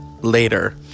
later